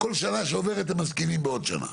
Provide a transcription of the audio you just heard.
כל שנה שעוברת הם מזקינים בעוד שנה.